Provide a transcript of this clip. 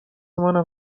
منم